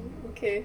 okay